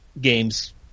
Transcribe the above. games